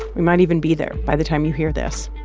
we might even be there by the time you hear this.